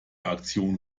aktion